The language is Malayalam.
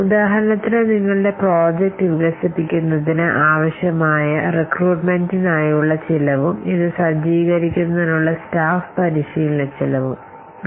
ഉദാഹരണത്തിന് നിങ്ങളുടെ പ്രോജക്റ്റ് വികസിപ്പിക്കുന്നതിന് റിക്രൂട്ട്മെന്റിനായുള്ള ഹാർഡ്വെയർ ചെലവും ഇത് സജ്ജീകരിക്കുന്നതിനുള്ള സ്റ്റാഫ് പരിശീലന ചെലവും എന്ത് പരീക്ഷണാത്മകമാണ്